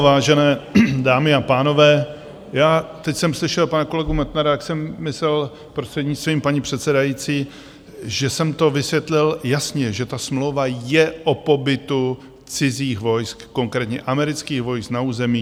Vážené dámy a pánové, teď jsem slyšel pana kolegu Metnara, tak jsem myslel, prostřednictvím paní předsedající, že jsem to vysvětlil jasně, že ta smlouva je o pobytu cizích vojsk, konkrétně amerických vojsk, na území ČR.